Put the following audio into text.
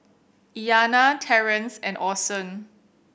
Iyanna Terence and Orson